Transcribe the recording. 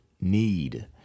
need